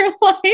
life